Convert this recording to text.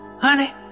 Honey